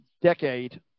decade